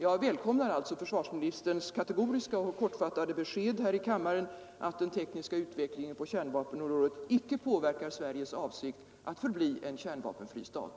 Jag välkomnar alltså försvarsministerns kategoriska och kortfattade besked här i kammaren att den tekniska utvecklingen på kärnvapenområdet icke påverkar Sveriges avsikt att förbli en kärnvapenfri stat.